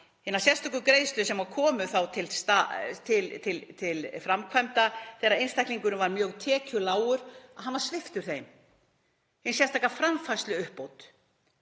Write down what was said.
hinum sérstöku greiðslum sem komu til framkvæmda þegar einstaklingurinn var mjög tekjulágur, hann var sviptur hinni sérstöku framfærsluuppbót.